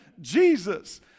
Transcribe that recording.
Jesus